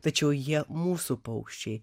tačiau jie mūsų paukščiai